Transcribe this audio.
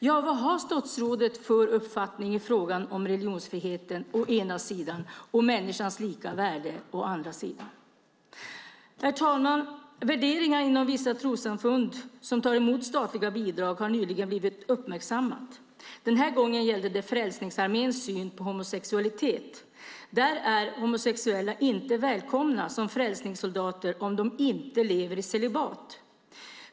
Ja, vad har statsrådet för uppfattning i frågan om religionsfriheten å ena sidan och människans lika värde å den andra? Herr talman! Värderingar inom vissa trossamfund som tar emot statliga bidrag har nyligen blivit uppmärksammade. Den här gången gällde det Frälsningsarméns syn på homosexualitet. Där är homosexuella inte välkomna som frälsningssoldater om de inte lever i celibat.